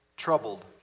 troubled